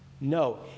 No